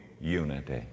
unity